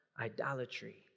Idolatry